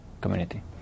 community